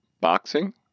Boxing